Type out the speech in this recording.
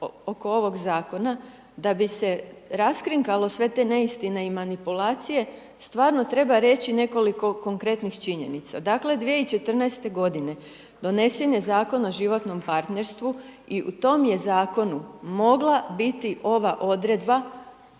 da bi se raskrinkalo sve te neistine i manipulacije, stvarno treba reći nekoliko konkretnih činjenica. Dakle, 2014. godine, donesen je Zakon o životnom partnerstvu, i u tom je Zakonu mogla biti ova odredba